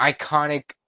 iconic